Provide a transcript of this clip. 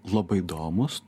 labai įdomūs